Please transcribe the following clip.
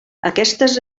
aquestes